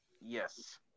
Yes